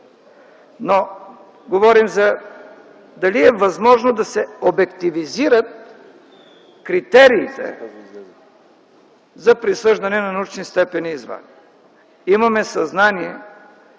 Но говорим дали е възможно да се обективизират критериите за присъждане на научни степени и звания. Имаме съзнание,